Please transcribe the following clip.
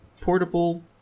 portable